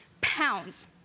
pounds